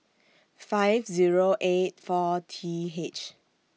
five Zero eight four T H